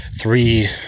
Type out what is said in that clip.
three